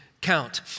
count